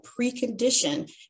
precondition